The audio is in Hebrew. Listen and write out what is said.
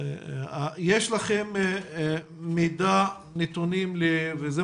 ויש פתרונות נהדרים לסוגיה